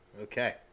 Okay